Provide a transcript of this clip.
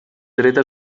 dreta